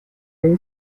eix